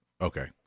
okay